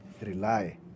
rely